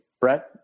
Brett